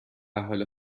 حال